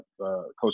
Coach